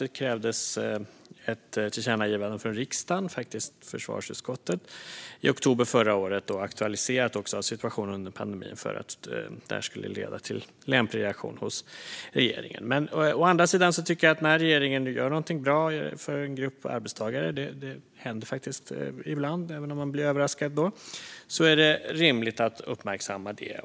Det krävdes ett tillkännagivande från riksdagen, faktiskt i försvarsutskottet i oktober förra året, aktualiserat av situationen under pandemin för att det skulle leda till en lämplig reaktion hos regeringen. Å andra sidan tycker jag att när regeringen nu gör någonting bra för en grupp arbetstagare - det händer faktiskt ibland, även om man blir överraskad då - är det rimligt att uppmärksamma det.